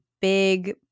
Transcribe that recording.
big